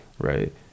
right